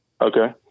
okay